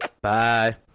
Bye